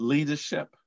Leadership